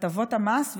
הטבות המס,